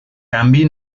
canvi